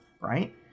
right